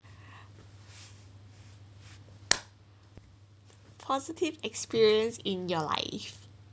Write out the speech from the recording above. positive experience in your life